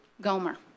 Gomer